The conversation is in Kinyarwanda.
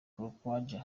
croidja